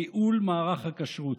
ייעול מערך הכשרות.